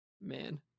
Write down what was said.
man